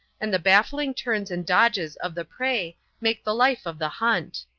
and the baffling turns and dodges of the prey make the life of the hunt.